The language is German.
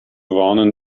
warnen